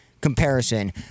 comparison